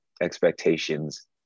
expectations